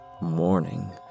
morning